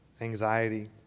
anxiety